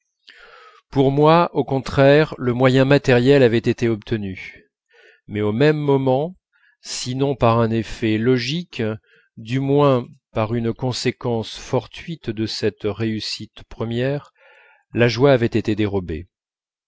pour moi au contraire le moyen matériel avait été obtenu mais au même moment sinon par un effet logique du moins par une conséquence fortuite de cette réussite première la joie avait été dérobée